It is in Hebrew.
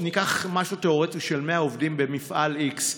ניקח משהו תיאורטי של 100 עובדים במפעל x,